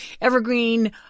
evergreen